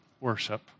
worship